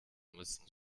müssen